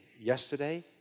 yesterday